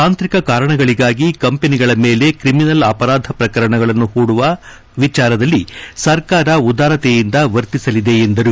ತಾಂತ್ರಿಕ ಕಾರಣಗಳಿಗಾಗಿ ಕಂಪನಿಗಳ ಮೇಲೆ ಕ್ರಿಮಿನಲ್ ಅಪರಾಧ ಪ್ರಕರಣಗಳನ್ನು ಹೂಡುವ ವಿಚಾರದಲ್ಲಿ ಸರ್ಕಾರ ಉದಾರತೆಯಿಂದ ವರ್ತಿಸಲಿದೆ ಎಂದರು